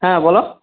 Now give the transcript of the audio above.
হ্যাঁ বলো